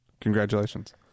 congratulations